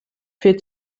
viel